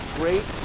great